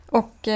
och